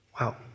Wow